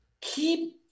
Keep